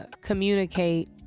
communicate